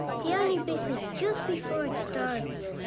the only bit is just before it starts.